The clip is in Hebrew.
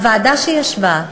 הוועדה שישבה,